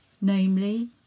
namely